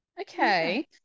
Okay